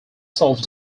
self